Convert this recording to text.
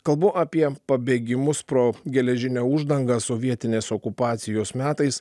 kalbu apie pabėgimus pro geležinę uždangą sovietinės okupacijos metais